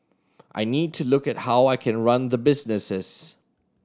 I need to look at how I can run the businesses